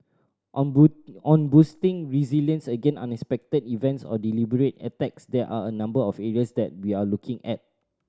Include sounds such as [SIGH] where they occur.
on [UNINTELLIGIBLE] on boosting resilience against unexpected events or deliberate attacks there are a number of areas that we are looking at